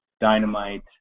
Dynamite